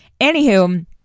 Anywho